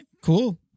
cool